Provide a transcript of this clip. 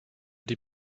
die